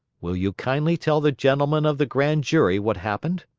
will you kindly tell the gentlemen of the grand jury what happened?